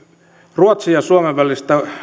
ruotsin ja suomen välisestä